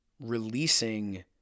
releasing